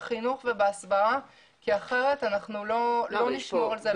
בחינוך ובהסברה כי אחרת אנחנו לא נשמור על זה לאורך זמן.